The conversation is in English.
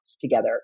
together